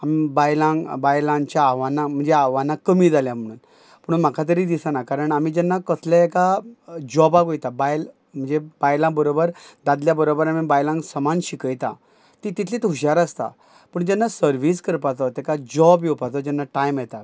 आम बायलांक बायलांच्या आव्हानां म्हणजे आव्हानां कमी जाल्या म्हणून पूण म्हाका तरी दिसना कारण आमी जेन्ना कसलेय एका जॉबाक वयता बायल म्हणजे बायलां बरोबर दादल्या बरोबर आमी बायलांक समान शिकयता तीं तितलींत हुशार आसता पूण जेन्ना सर्वीस करपाचो तेका जॉब येवपाचो जेन्ना टायम येता